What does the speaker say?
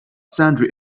sundry